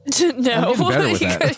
No